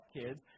kids